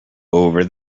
over